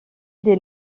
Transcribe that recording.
des